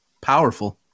powerful